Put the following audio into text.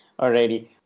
Alrighty